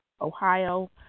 Ohio